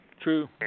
True